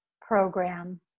program